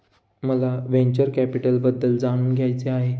मला व्हेंचर कॅपिटलबद्दल जाणून घ्यायचे आहे